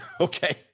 Okay